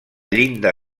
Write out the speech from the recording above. llinda